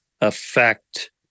affect